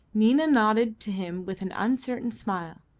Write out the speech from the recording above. nina nodded to him with an uncertain smile,